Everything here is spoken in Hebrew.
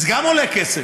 אבל זה גם עולה כסף.